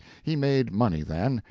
he made money then,